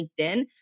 LinkedIn